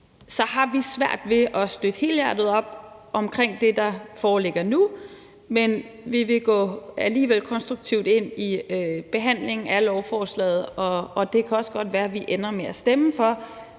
så har vi svært ved at støtte helhjertet op omkring det, der foreligger nu, men vi vil alligevel gå konstruktivt ind i behandlingen af lovforslaget. Det kan også godt være, at vi ender med at stemme for